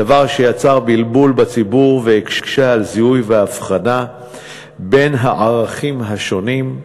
דבר שיצר בלבול בציבור והקשה זיהוי והבחנה בין הערכים השונים,